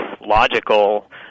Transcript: logical